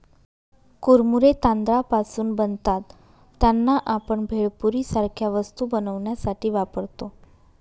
कुरमुरे तांदळापासून बनतात त्यांना, आपण भेळपुरी सारख्या वस्तू बनवण्यासाठी वापरतो